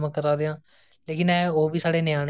कढाइयां बुनदी हियां